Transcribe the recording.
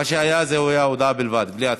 מה שהיה, זה היה הודעה בלבד, בלי הצבעה.